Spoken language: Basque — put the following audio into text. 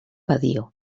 badio